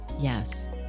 Yes